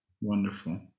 Wonderful